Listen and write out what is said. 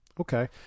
Okay